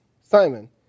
Simon